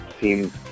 seems